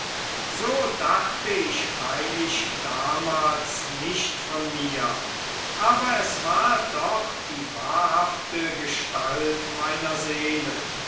so dachte ich freilich damals nicht von mir aber es war doch die wahrhafte gestalt meiner seele